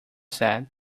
said